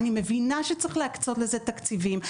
אני מבינה שצריך להקצות לזה תקציבים.